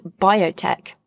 biotech